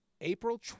April